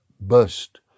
burst